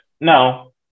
no